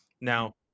Now